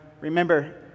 remember